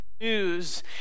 news